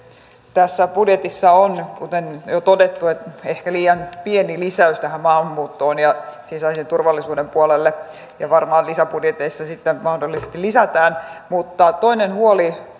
tässä budjetissa on kuten jo todettu ehkä liian pieni lisäys tähän maahanmuuttoon ja sisäisen turvallisuuden puolelle ja varmaan lisäbudjeteissa sitä mahdollisesti lisätään mutta toinen huoli